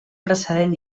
precedent